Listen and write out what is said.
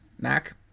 Mac